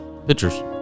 Pictures